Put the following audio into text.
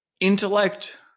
Intellect